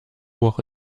woche